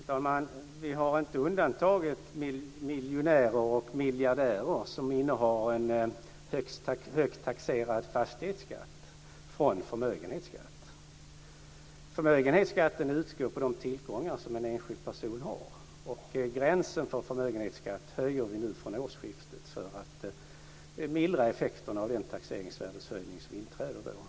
Fru talman! Vi har inte undantagit miljonärer och miljardärer som innehar en högt taxerad fastighet från förmögenhetsskatt. Förmögenhetsskatten utgår på de tillgångar som en enskild person har. Gränsen för förmögenhetsskatt höjer vi från årsskiftet för att mildra effekterna av den taxeringsvärdeshöjning som inträder då.